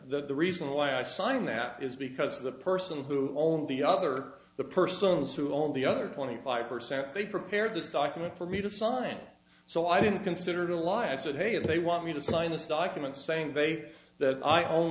the reason why i signed that is because the person who owned the other the persons who owned the other twenty five percent they prepared this document for me to sign so i didn't consider it a lie and said hey if they want me to sign this document saying they say that i own